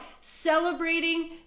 celebrating